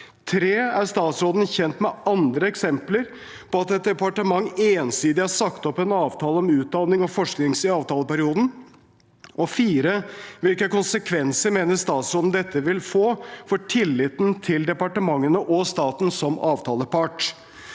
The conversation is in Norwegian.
3. Er statsråden kjent med andre eksempler der et departement ensidig har sagt opp en avtale om utdanning og forskning i avtaleperioden? 4. Hvilke konsekvenser mener statsråden dette vil få for tilliten til departementene og staten som avtalepart?